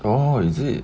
oh is it